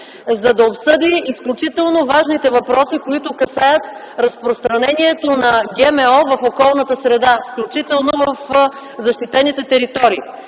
за да обсъди изключително важните въпроси, които касаят разпространението на ГМО в околната среда, включително в защитените територии.